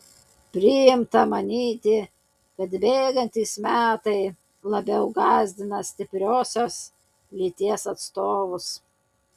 priimta manyti kad bėgantys metai labiau gąsdina stipriosios lyties atstovus